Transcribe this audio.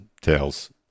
tales